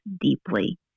deeply